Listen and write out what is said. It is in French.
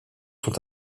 sont